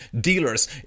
dealers